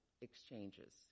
exchanges